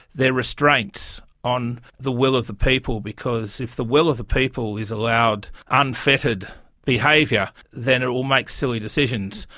they are restraints on the will of the people because if the will of the people is allowed unfettered behaviour then it will make silly decisions,